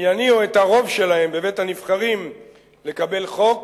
ויניעו את ה'רוב שלהם' בבית-הנבחרים לקבל 'חוק'